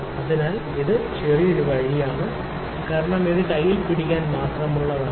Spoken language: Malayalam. അതിനാൽ ഇത് ഒരു ചെറിയ വഴിയാണ് കാരണം ഇത് കയ്യിൽ പിടിക്കാൻ മാത്രമുള്ളതാണ്